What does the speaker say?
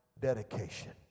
dedication